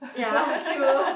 ya chill